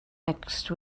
next